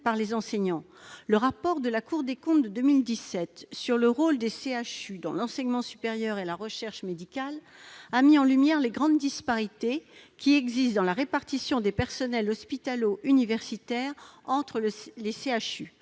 par les enseignants. Le rapport de la Cour des comptes de 2017 sur le rôle des CHU dans l'enseignement supérieur et la recherche médicale a mis en lumière les grandes disparités qui existent dans la répartition des personnels hospitalo-universitaires entre les CHU.